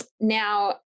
Now